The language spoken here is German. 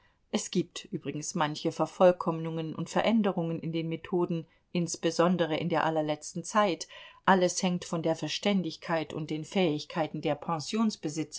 es gibt übrigens manche vervollkommnungen und veränderungen in den methoden insbesondere in der allerletzten zeit alles hängt von der verständigkeit und den fähigkeiten der